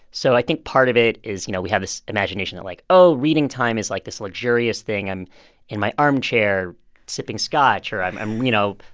so i think part of it is, you know, we have this imagination of like, oh, reading time is, like, this luxurious thing. i'm in my armchair sipping scotch. or i'm, you know,